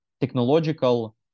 technological